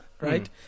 right